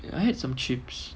I had some chips